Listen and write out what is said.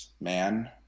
man